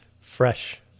Fresh